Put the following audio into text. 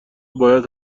باید